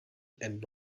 and